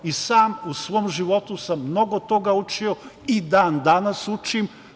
Sam u svom životu sam mnogo toga učio i dan danas učim.